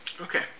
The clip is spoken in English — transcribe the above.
Okay